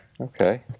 Okay